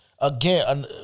again